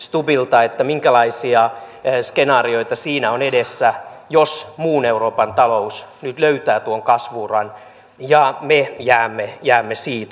minkälaisia skenaarioita siinä on edessä jos muun euroopan talous nyt löytää tuon kasvu uran ja me jäämme siitä